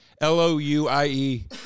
L-O-U-I-E